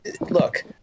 look